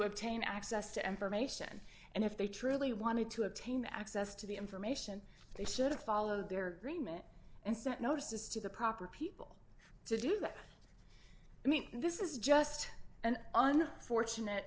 obtain access to information and if they truly wanted to obtain access to the information they should have followed their remit and sent notices to the proper people to do that i mean this is just an unfortunate